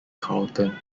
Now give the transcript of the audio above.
carlton